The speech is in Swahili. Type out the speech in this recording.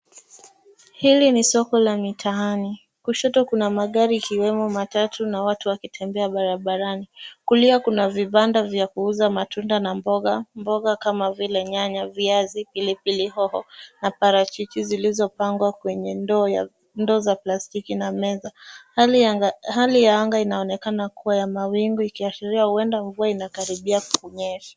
Hili ni soko la mitaani. Kushoto kuna magari ikiwemo matatu na watu wkitembea barabarani. Kulia kuna vibanda vya kuuza matunda na mboga. Mboga kama vile nyanya, viazi, pilipili hoho na parachichi zilizopangwa kwenye ndoo za plastiki na meza. Hali ya anga inaonekana kuwa ya mawingu ikiashiria huenda mvua inakaribia kunyesha.